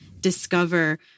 discover